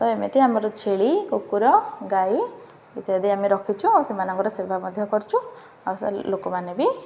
ତ ଏମିତି ଆମର ଛେଳି କୁକୁର ଗାଈ ଇତ୍ୟାଦି ଆମେ ରଖିଛୁ ସେମାନଙ୍କର ସେବା ମଧ୍ୟ କରୁଛୁ ଆଉ ସେ ଲୋକମାନେ ବି